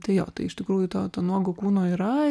tai jo tai iš tikrųjų to to nuogo kūno yra